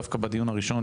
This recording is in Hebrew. דווקא בדיון הראשון,